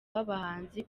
w’abahanzi